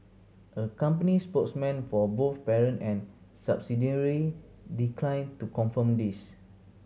a company spokesman for both parent and subsidiary declined to confirm this